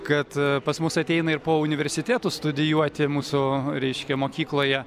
kad pas mus ateina ir po universitetų studijuoti mūsų reiškia mokykloje